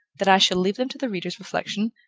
that i shall leave them to the reader's reflection,